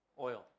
Oil